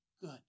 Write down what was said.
good